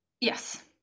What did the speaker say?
yes